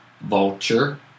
Vulture